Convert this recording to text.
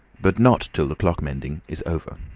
but not till the clock-mending is over.